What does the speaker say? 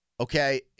Okay